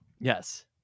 Yes